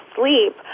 sleep